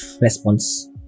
response